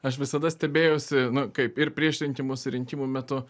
aš visada stebėjausi nu kaip ir prieš rinkimus ir rinkimų metu